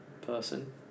person